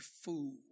fool